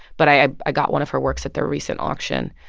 but i i got one of her works at their recent auction.